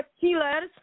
killers